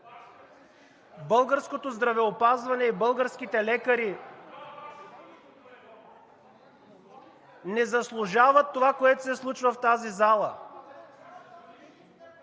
българското здравеопазване и българските лекари не заслужават това, което се случва в тази зала.